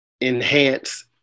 enhance –